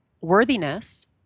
worthiness